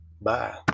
Bye